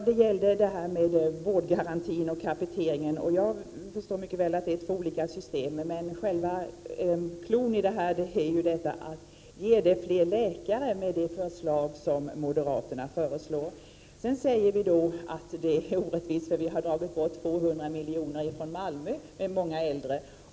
Herr talman! När det gäller vårdgarantin och kapiteringen förstår jag mycket väl att det är två olika system. Men själva cloun i detta sammanhang är ju frågan: Blir det fler läkare med moderaternas förslag? Sedan sägs det att det är orättvist därför att vi har dragit bort 200 milj.kr. från Malmö, där det finns många äldre.